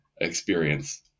experience